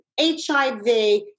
HIV